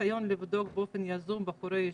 ניסיון לבדוק באופן יזום בחורי ישיבות,